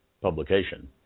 publication